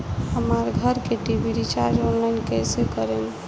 हमार घर के टी.वी रीचार्ज ऑनलाइन कैसे करेम?